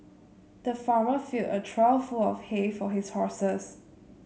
the farmer filled a trough full of hay for his horses